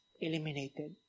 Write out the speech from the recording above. eliminated